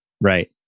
Right